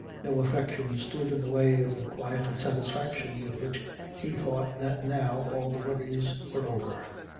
no affection stood in the way of the quiet satisfaction with which he thought that now all the worries were over,